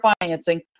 financing